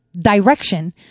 direction